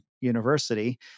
University